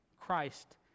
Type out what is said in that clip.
Christ